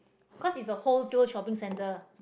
cause is a whole world shopping centre